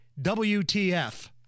WTF